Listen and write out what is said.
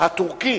הטורקי: